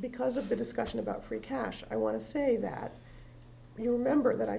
because of the discussion about free cash i want to say that you remember that i